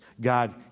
God